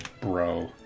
bro